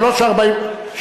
שלוש ארבעים,